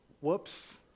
Whoops